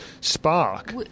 spark